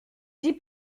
dix